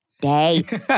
day